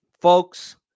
folks